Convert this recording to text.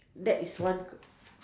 that is one k~